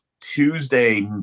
Tuesday